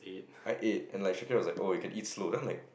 I ate and like was like oh you can eat slow then I'm like